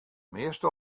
measte